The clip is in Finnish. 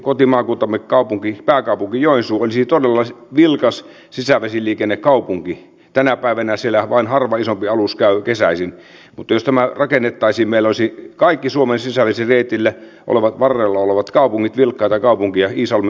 olisi ollut pelottavaa kuulla että tämä olisi jo nyt toiminnassa sillä nyt saliin tuotujen lakiesitysten kohdalla vaikutusarviot ovat säännönmukaisesti olleet olemattomat eri lakien yhteisvaikutuksia eri väestöryhmiin ei ole huomioitu sukupuolivaikutusten arvioita ei ole tehty